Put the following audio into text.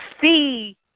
see